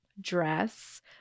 dress